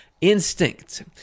instinct